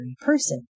person